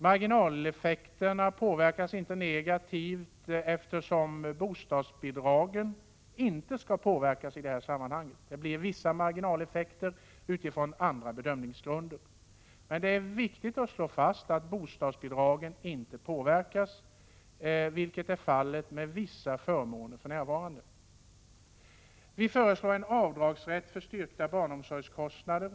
Marginaleffekterna blir inte negativa, eftersom bostadsbidragen inte skall påverkas i detta sammanhang. Det blir vissa marginaleffekter i andra avseenden. Men det är viktigt att slå fast att bostadsbidragen inte påverkas, vilket för närvarande är fallet när det gäller vissa förmåner. Vi föreslår en rätt till avdrag med upp till 15 000 kr. för styrkta barnomsorgskostnader.